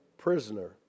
prisoner